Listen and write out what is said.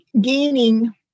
gaining